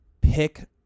Pick